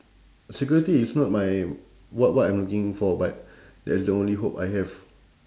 security is not my what what I'm looking for but that's the only hope I have